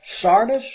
Sardis